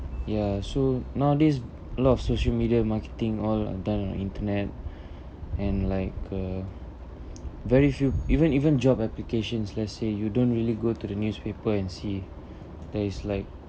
ya so nowadays a lot of social media marketing all done on internet and like uh very few even even job applications let's say you don't really go to the newspaper and see there is like